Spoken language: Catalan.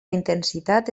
intensitat